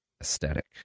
aesthetic